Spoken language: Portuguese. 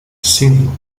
cinco